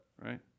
right